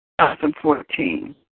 2014